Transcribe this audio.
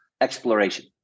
exploration